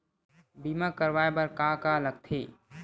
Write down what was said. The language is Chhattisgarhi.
बीमा करवाय बर का का लगथे?